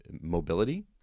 mobility